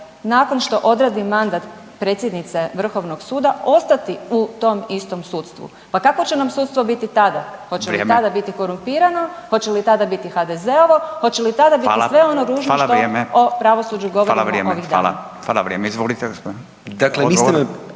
nakon što odradi mandat predsjednice Vrhovnog suda ostati u tom istom sudstvu. Pa kakvo će nam sudstvo biti tada, hoće li tada …/Upadica: Vrijeme./… biti korumpirano, hoće li tada biti HDZ-ovo, hoće li tada biti sve ono ružno što o pravosuđu …/Upadica: Hvala, vrijeme./… govorimo